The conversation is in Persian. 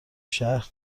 شهر